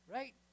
Right